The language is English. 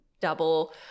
double